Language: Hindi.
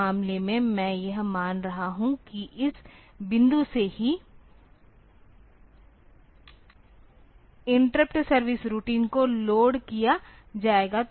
इस मामले में मैं यह मान रहा हूं कि इस बिंदु से ही इंटरप्ट सर्विस रूटीन को लोड किया जाएगा